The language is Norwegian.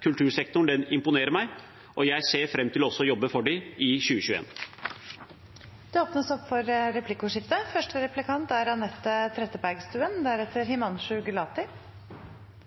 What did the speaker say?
kultursektoren imponerer meg, og jeg ser fram til å jobbe for dem også i 2021. Det blir replikkordskifte. Statsråden sa i sitt innlegg at kulturfolkene er